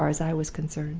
so far as i was concerned.